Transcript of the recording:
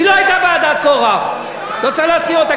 היא לא הייתה בעדת קורח, לא צריך להזכיר אותה.